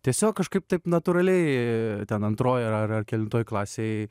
tiesiog kažkaip taip natūraliai ten antroj ar ar kelintoj klasėj